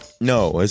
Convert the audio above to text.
no